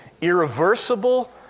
irreversible